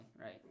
right